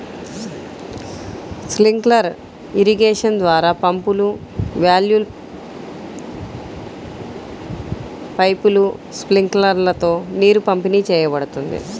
sprinkler irrigation ద్వారా పంపులు, వాల్వ్లు, పైపులు, స్ప్రింక్లర్లతో నీరు పంపిణీ చేయబడుతుంది